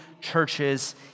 churches